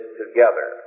together